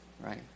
right